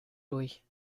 durch